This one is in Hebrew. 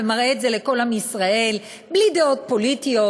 ומראה את זה לכל עם ישראל בלי דעות פוליטיות,